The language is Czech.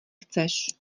chceš